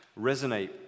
resonate